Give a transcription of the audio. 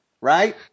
right